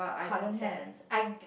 concerns I